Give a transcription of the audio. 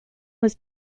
was